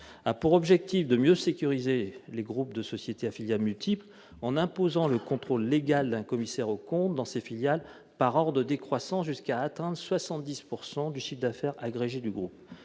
amendement vise à mieux sécuriser les groupes de sociétés à filiales multiples, en imposant le contrôle légal d'un commissaire aux comptes dans leurs filiales, par ordre décroissant, jusqu'à atteindre 70 % du chiffre d'affaires agrégé du groupe.